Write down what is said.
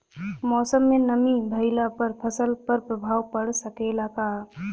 मौसम में नमी भइला पर फसल पर प्रभाव पड़ सकेला का?